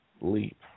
Leap